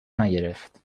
نگرفت